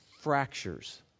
fractures